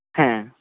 হ্যাঁ